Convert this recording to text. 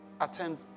attend